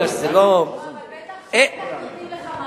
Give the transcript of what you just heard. בטח נותנים לך משהו,